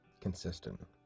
consistent